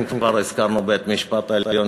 אם כבר הזכרנו את בית-המשפט העליון,